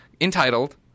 entitled